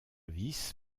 vis